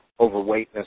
overweightness